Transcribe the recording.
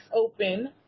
open